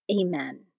Amen